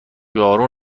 جارو